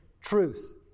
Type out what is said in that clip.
truth